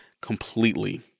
completely